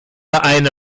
eine